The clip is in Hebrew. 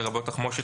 לרבות תחמושת,